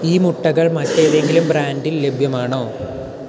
ഈ മുട്ടകൾ മറ്റേതെങ്കിലും ബ്രാൻഡിൽ ലഭ്യമാണോ